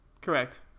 Correct